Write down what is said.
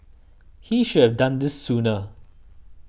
he should done this sooner